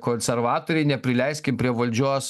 konservatoriai neprileiskim prie valdžios